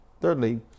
Thirdly